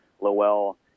Lowell